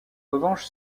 revanche